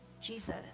Jesus